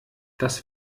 das